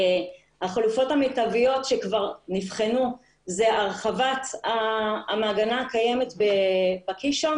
החלופות המיטביות שכבר נבחנו הן הרחבת המעגנה הקיימת בקישון